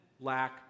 lack